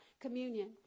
communion